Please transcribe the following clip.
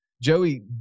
Joey